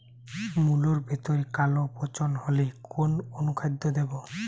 মুলোর ভেতরে কালো পচন হলে কোন অনুখাদ্য দেবো?